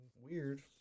weird